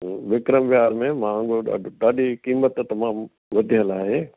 विक्रम विहार में महांगो ॾाढो ॾाढी क़ीमत तमामु वधियल आहे